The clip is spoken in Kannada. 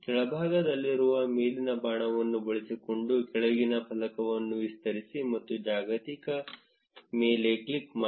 ಕೆಳಭಾಗದಲ್ಲಿರುವ ಮೇಲಿನ ಬಾಣವನ್ನು ಬಳಸಿಕೊಂಡು ಕೆಳಗಿನ ಫಲಕವನ್ನು ವಿಸ್ತರಿಸಿ ಮತ್ತು ಜಾಗತಿಕ ಮೇಲೆ ಕ್ಲಿಕ್ ಮಾಡಿ